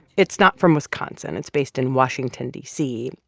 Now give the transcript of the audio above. it's not from wisconsin. it's based in washington, d c.